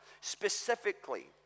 specifically